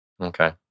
Okay